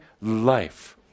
life